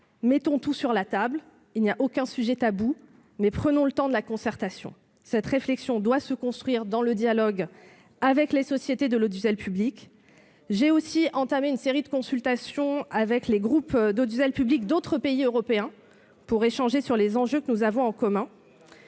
mettons tout sur la table ; il n'y a aucun sujet tabou. Mais prenons le temps de la concertation. Cette réflexion doit se construire dans le dialogue avec les sociétés de l'audiovisuel public. J'ai aussi entamé une série de consultations avec les groupes de l'audiovisuel public d'autres pays européens pour échanger avec eux sur les enjeux que nous avons en commun.